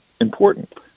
important